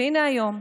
והינה היום,